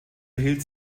erhielt